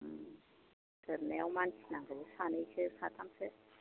थोरनायाव मानसि नांगौ सानै साथामसो